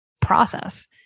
process